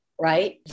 right